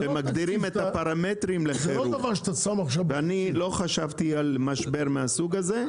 זה לא דבר שאתה שם עכשיו --- אני לא חשבתי על משבר מהסוג הזה,